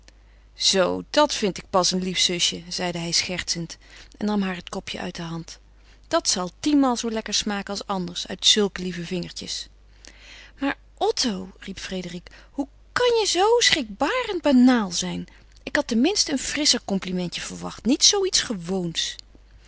zoo dat vind ik pas een lief zusje zeide hij schertsend en nam haar het kopje uit de hand dat zal tienmaal zoo lekker smaken als anders uit zulke lieve vingertjes maar otto riep frédérique hoe kan je zoo schrikbarend banaal zijn ik had tenminste een frisscher complimentje verwacht niet zoo iets gewoons